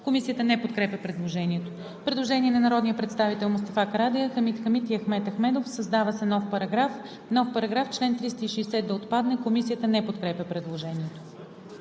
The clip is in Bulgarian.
Комисията не подкрепя предложението. Предложение на народните представители Мустафа Карадайъ, Хамид Хамид и Ахмед Ахмедов: „Създава се нов §…:„§... Чл. 360 да отпадне.“ Комисията не подкрепя предложението.